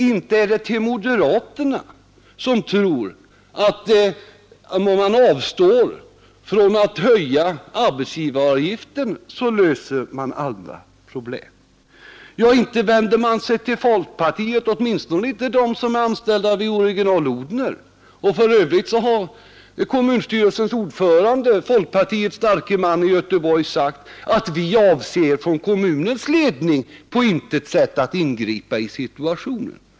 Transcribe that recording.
Inte är det till moderaterna, som tror att om man avstår från att höja arbetsgivaravgiften, så löser man alla problem, Och inte vänder man sig till folkpartiet — åtminstone inte de som är anställda vid Original-Odhner. För övrigt har kommunstyrelsens ordförande, folkpartiets starke man i Göteborg, sagt att vi avser från kommunens ledning på intet ätt att ingripa i situationen.